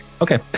okay